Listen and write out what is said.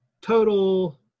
total